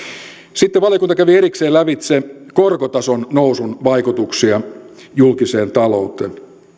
sitten valiokunta kävi erikseen lävitse korkotason nousun vaikutuksia julkiseen talouteen